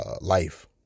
life